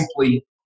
simply